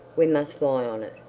we must lie on it.